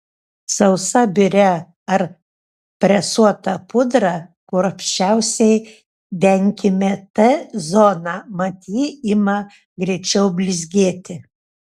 sausa biria ar presuota pudra kruopščiausiai denkime t zoną mat ji ima greičiau blizgėti